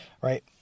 Right